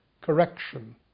correction